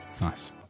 nice